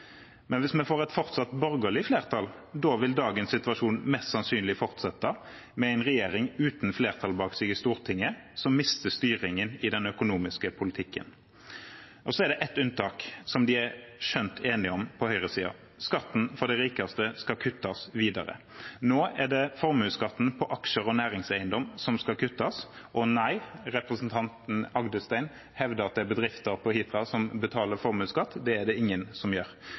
Hvis vi får et fortsatt borgerlig flertall, vil dagens situasjon mest sannsynlig fortsette, med en regjering uten flertall bak seg i Stortinget som mister styringen i den økonomiske politikken. Det er ett unntak de er skjønt enige om på høyresiden: Skatten for de rikeste skal kuttes videre. Nå er det formuesskatten på aksjer og næringseiendom som skal kuttes. Representanten Agdestein hevder at det er bedrifter på Hitra som betaler formuesskatt. Det er det ingen som gjør.